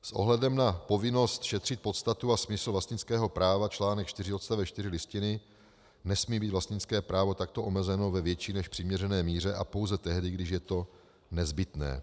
S ohledem na povinnost šetřit podstatu a smysl vlastnického práva, článek 4 odst. 4 Listiny, nesmí být vlastnické právo takto omezeno ve větší než přiměřené míře a pouze tehdy, když je to nezbytné.